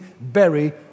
berry